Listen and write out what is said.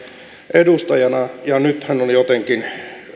edustajana ja nyt hän on jotenkin